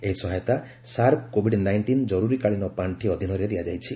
ଏହି ସହାୟତା SAARC COVID nineteen ଜରୁରୀକାଳୀନ ପାଖି ଅଧୀନରେ ଦିଆଯାଇଛି